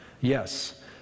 Yes